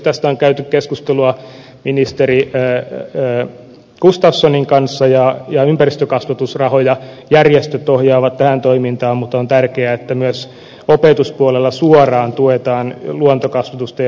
tästä on käyty keskustelua ministeri gustafssonin kanssa ja ympäristökasvatusrahoja järjestöt ohjaavat tähän toimintaan mutta on tärkeää että myös opetuspuolella suoraan tuetaan luontokasvatusta ja ympäristökasvatusta